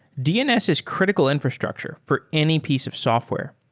dns is critical infrastructure for any piece of software.